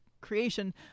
creation